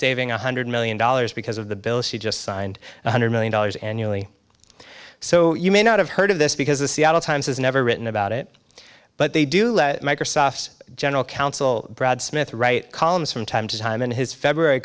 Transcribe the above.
saving one hundred million dollars because of the bill she just signed one hundred million dollars annually so you may not have heard of this because the seattle times has never written about it but they do let microsoft's general counsel brad smith write columns from time to time in his february